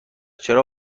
چرا